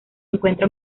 encuentra